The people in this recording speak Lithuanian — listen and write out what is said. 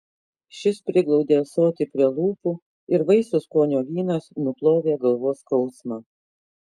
šis priglaudė ąsotį prie lūpų ir vaisių skonio vynas nuplovė galvos skausmą